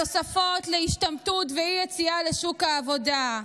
התוספות להשתמטות ולאי-יציאה לשוק העבודה.